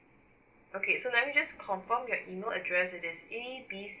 okay so let me just confirm your email address it is A B